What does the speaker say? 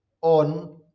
on